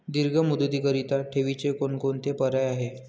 दीर्घ मुदतीकरीता ठेवीचे कोणकोणते पर्याय आहेत?